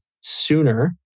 sooner